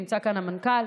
ונמצא כאן המנכ"ל.